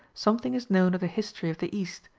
something is known of the history of the east,